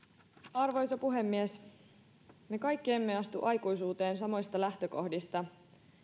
arvoisa puhemies me kaikki emme astu aikuisuuteen samoista lähtökohdista